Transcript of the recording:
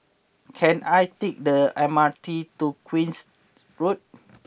can I take the M R T to Queen's Road